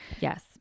Yes